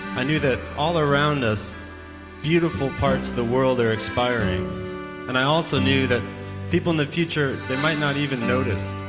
i knew that all around us beautiful parts of the world are expiring and i also knew that people in the future, they might not even notice.